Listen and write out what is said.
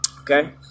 Okay